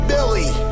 Billy